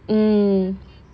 mm